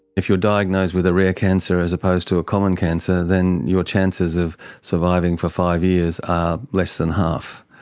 if you're diagnosed with a rare cancer as opposed to a common cancer, then your chances of surviving for five years are less than half,